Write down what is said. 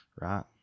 right